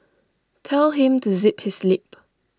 tell him to zip his lip